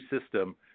system